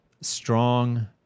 strong